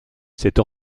cette